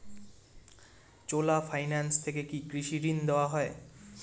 চোলা finance থেকে কি কৃষি ঋণ দেওয়া হয়?